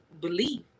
belief